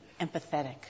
empathetic